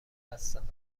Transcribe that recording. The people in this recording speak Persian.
هستم